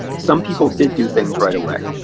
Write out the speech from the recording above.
some people did do things right away.